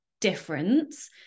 difference